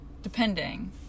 depending